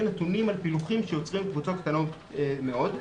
נתונים על פילוחים שיוצרים קבוצות קטנות מאוד,